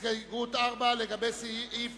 ההסתייגות 14 של קבוצת סיעת